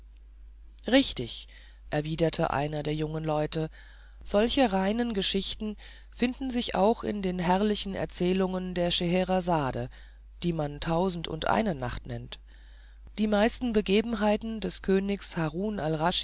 richtig erwiderte einer der jungen leute solche reine geschichten finden sich auch in den herrlichen erzählungen der scheherazade die man tausendundeine nacht nennt die meisten begebenheiten des königs harun